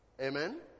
Amen